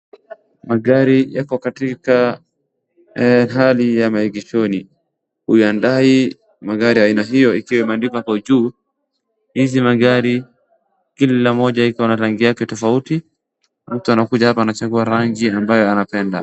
Magari yako katika hali ya maegeshoni. Hyundai magari ya aina hiyo ikiwa imeandikwa hapo juu. Hizi magari kila moja iko na rangi yake tofauti, mtu anakuja hapa anachagua rangi ambayo anapenda.